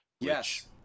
Yes